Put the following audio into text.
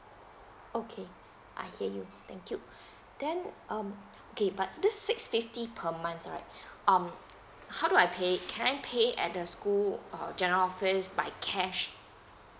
okay I hear you thank you then um okay but this six fifty per month right um how do I pay can I pay at the school or general office by cash